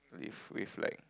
if we've like